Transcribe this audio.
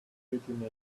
completely